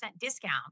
discount